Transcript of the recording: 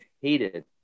hated